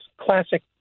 classic